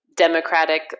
democratic